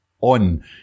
on